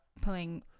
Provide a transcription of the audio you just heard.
pulling